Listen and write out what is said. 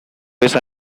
esa